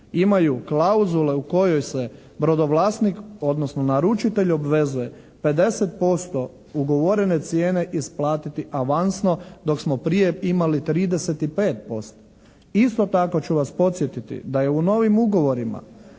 imaju klauzule u kojoj se brodovlasnik odnosno naručitelj obvezuje 50% ugovorene cijene isplatiti avansno dok smo prije imali 35%. Isto tako ću vas podsjetiti da je u novim ugovorima